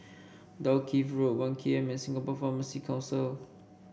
Dalkeith Road One K M and Singapore Pharmacy Council